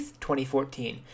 2014